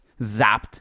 zapped